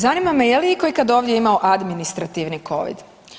Zanima me je li itko ovdje imao administrativni Covid.